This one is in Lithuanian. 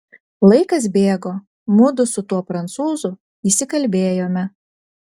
laikas bėgo mudu su tuo prancūzu įsikalbėjome